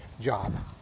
job